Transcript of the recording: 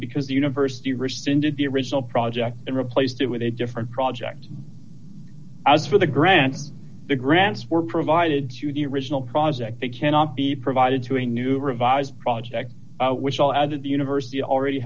because the university rescinded the original project and replaced it with a different project as for the grant the grants were provided to the original project that cannot be provided to a new revised project which will add to the university already